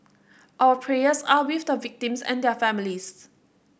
our prayers are with the victims and their families